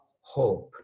hope